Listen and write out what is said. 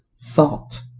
thought